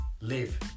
live